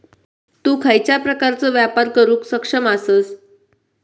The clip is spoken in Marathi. तु खयच्या प्रकारचो व्यापार करुक सक्षम आसस?